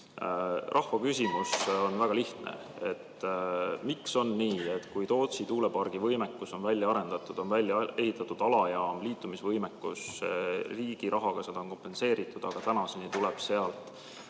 Rahva küsimus on väga lihtne: miks on nii, et Tootsi tuulepargi võimekus on välja arendatud, on välja ehitatud alajaam, liitumisvõimekus, riigi rahaga on seda kompenseeritud, aga tänaseni tuleb sealt